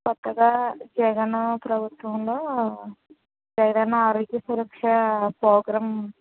చక్కగా జగను ప్రభుత్వం లో జగనన్న ఆరోగ్య సురక్ష ప్రోగ్రాం